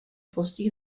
postih